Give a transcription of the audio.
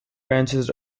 branches